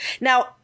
Now